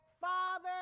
Father